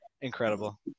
incredible